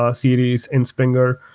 ah series in springer.